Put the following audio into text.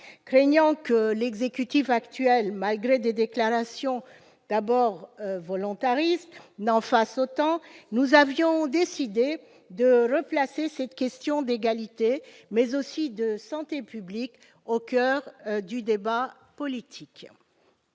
Craignant que l'exécutif actuel, malgré des déclarations d'abord volontaristes, ne fasse de même, nous avions décidé de replacer cette question d'égalité, mais aussi de santé publique, au coeur du débat politique.